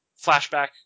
flashback